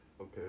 Okay